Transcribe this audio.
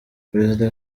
perezida